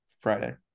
Friday